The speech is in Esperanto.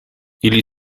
ili